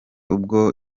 ubwo